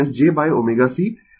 यह j j ω C है